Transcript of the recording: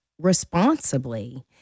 responsibly